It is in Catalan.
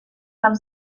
fan